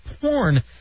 porn